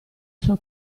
sua